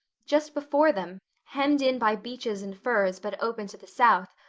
just before them, hemmed in by beeches and firs but open to the south,